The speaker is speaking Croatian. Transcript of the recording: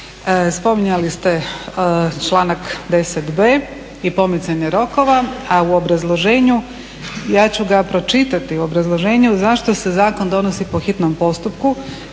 Spominjali ste članak 10.b i pomicanje rokova, a u obrazloženju, ja ću ga pročitati u obrazloženju zašto se zakon donosi po hitnom postupku